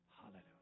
Hallelujah